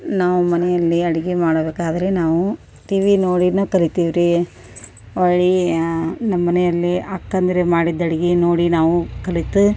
ನಾವು ಮನೆಯಲ್ಲಿ ಅಡುಗಿ ಮಾಡಬೇಕಾದರೆ ನಾವು ಟಿವಿ ನೋಡೀನೆ ಕಲಿತಿವಿ ರೀ ಒಯ್ ನಮ್ಮನೆಯಲ್ಲಿ ಅಕ್ಕಂದಿರೆ ಮಾಡಿದ ಅಡುಗೆ ನೋಡಿ ನಾವು ಕಲಿತು